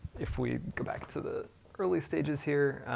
if we go back to the early stages here,